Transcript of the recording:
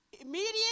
immediate